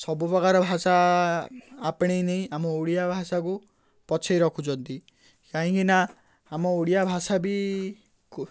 ସବୁ ପ୍ରକାର ଭାଷା ଆପଣେଇ ନେଇ ଆମ ଓଡ଼ିଆ ଭାଷାକୁ ପଛେଇ ରଖୁଛନ୍ତି କାହିଁକିନା ଆମ ଓଡ଼ିଆ ଭାଷା ବି